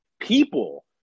people